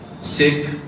sick